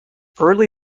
early